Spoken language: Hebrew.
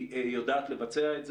היא יודעת לבצע את זה.